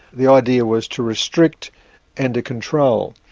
the idea was to restrict and to control.